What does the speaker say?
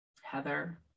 Heather